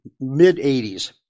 mid-80s